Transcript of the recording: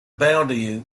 boundaries